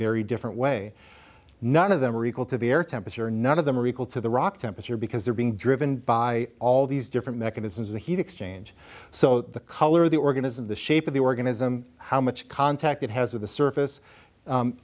very different way none of them are equal to the air temperature none of them are equal to the rock temperature because they're being driven by all these different mechanisms of heat exchange so the color of the organism the shape of the organism how much contact it has with the surface